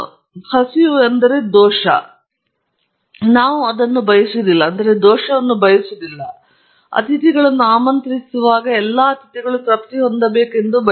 ಇಲ್ಲಿ ದೊಡ್ಡ ದೋಷಗಳು ನಾವು ಅದನ್ನು ಬಯಸುವುದಿಲ್ಲ ನಾವು ಅತಿಥಿಗಳನ್ನು ಆಮಂತ್ರಿಸುವಾಗ ಎಲ್ಲಾ ಅತಿಥಿಗಳು ತೃಪ್ತಿ ಹೊಂದಬೇಕೆಂದು ನಾವು ಬಯಸುತ್ತೇವೆ